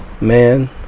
man